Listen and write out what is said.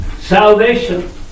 salvation